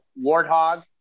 Warthog